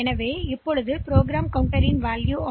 எனவே ப்ரோக்ராம் கவுண்டரில் இப்போது A001 உள்ளது